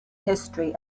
history